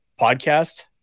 podcast